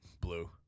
blue